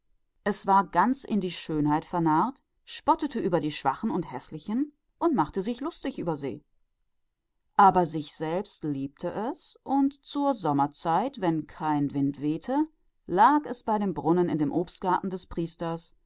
es war wie einer der die schönheit über alles liebt und es verhöhnte die da schwach und schlecht weggekommen waren und machte witze über sie und sich selber liebte es und im sommer wenn die winde schliefen dann lag es am brunnen im garten des priesters